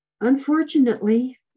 Unfortunately